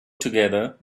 together